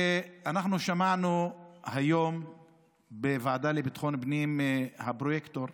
אנחנו שמענו היום בוועדה לביטחון פנים את הפרויקטור,